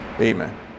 Amen